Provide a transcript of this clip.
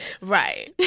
Right